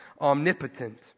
omnipotent